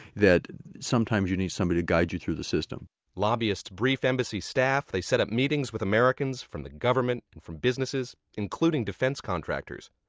that sometimes you need somebody to guide you through the system lobbyists brief embassy staff. they set up meetings with americans from the government and businesses, including defense contractors.